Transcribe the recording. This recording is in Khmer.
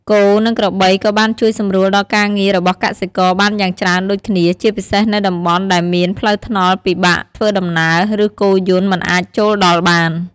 គោ និងក្របីក៏បានជួយសម្រួលដល់ការងាររបស់កសិករបានយ៉ាងច្រើនដូចគ្នា ជាពិសេសនៅតំបន់ដែលមានផ្លូវថ្នល់ពិបាកធ្វើដំណើរ ឬគោយន្តមិនអាចចូលដល់បាន។